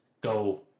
go